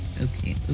Okay